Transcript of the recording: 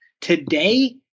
Today